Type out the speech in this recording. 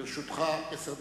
גם לרשותך עשר דקות.